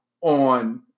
on